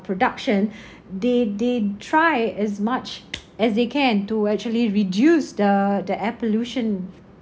production they they try as much as they can to actually reduce the the air pollution